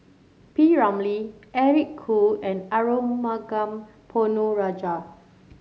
P Ramlee Eric Khoo and Arumugam Ponnu Rajah